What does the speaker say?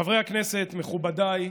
חברי הכנסת, מכובדיי,